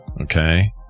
okay